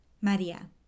María